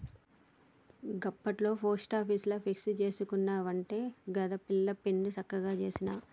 గప్పట్ల పోస్టాపీసుల ఫిక్స్ జేసుకునవట్టే గదా పిల్ల పెండ్లి సక్కగ జేసిన